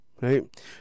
right